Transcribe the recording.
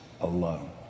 alone